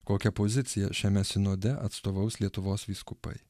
kokią poziciją šiame sinode atstovaus lietuvos vyskupai